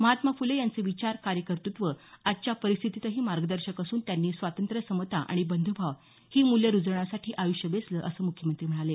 महात्मा फुले यांचे विचार कार्यकर्तृत्व आजच्या परिस्थितीतही मार्गदर्शक असून त्यांनी स्वातंत्र्य समता आणि बंध्भाव ही मूल्यं रुजवण्यासाठी आय़ष्य वेचलं असं मुख्यमंत्री म्हणाले